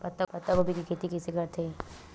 पत्तागोभी के खेती कइसे करथे?